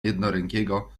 jednorękiego